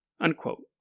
unquote